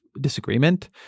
disagreement